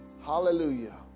Hallelujah